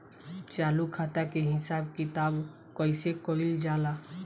चालू खाता के हिसाब किताब कइसे कइल जाला?